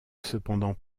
cependant